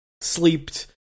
sleeped